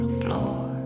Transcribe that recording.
floor